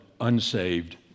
unsaved